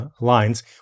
lines